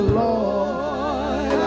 lord